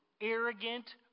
arrogant